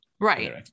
Right